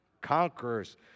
conquerors